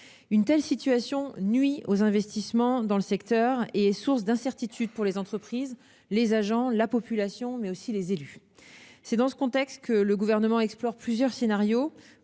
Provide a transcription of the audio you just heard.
Une telle situation nuit aux investissements dans le secteur et elle est source d'incertitude pour les entreprises, les agents, la population, mais aussi les élus. C'est dans ce contexte que le Gouvernement explore plusieurs scénarios